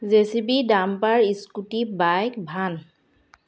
JCB dumper scooty bike van